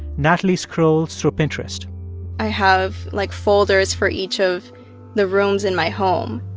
natalie scrolls through pinterest i have, like, folders for each of the rooms in my home.